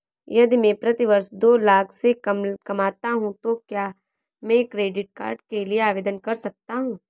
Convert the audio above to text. यदि मैं प्रति वर्ष दो लाख से कम कमाता हूँ तो क्या मैं क्रेडिट कार्ड के लिए आवेदन कर सकता हूँ?